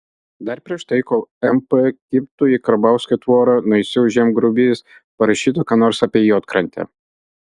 dar prieš tai kol mp kibtų į karbauskio tvorą naisių žemgrobys parašytų ką nors apie juodkrantę